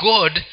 God